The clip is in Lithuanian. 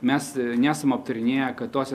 mes nesam aptarinėję kad tose